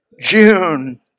June